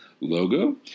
logo